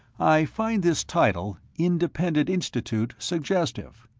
i find this title, independent institute, suggestive.